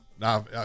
Now